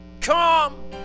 Come